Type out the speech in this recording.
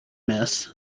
miss